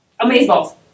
Amazeballs